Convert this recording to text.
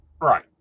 Right